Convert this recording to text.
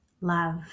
Love